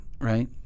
right